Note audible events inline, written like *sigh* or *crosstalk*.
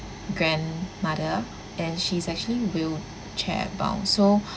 grandmother and she is actually wheelchair-bound so *breath*